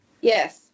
Yes